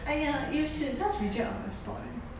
!aiya! you should just reject on the spot eh